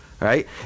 right